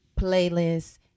playlists